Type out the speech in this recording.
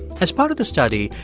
as part of the study,